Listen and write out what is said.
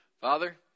Father